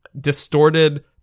distorted